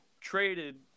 traded